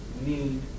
need